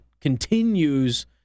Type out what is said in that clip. continues